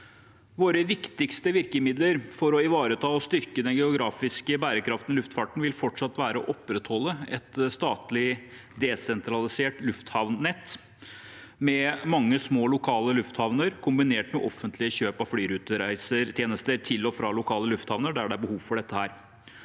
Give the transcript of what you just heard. Våre viktigste virkemidler for å ivareta og styrke den geografiske bærekraften i luftfarten vil fortsatt være å opprettholde et statlig desentralisert lufthavnnett med mange små lokale lufthavner, kombinert med offentlig kjøp av flyrutetjenester til og fra lokale lufthavner der det er behov for